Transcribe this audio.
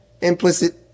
implicit